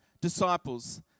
disciples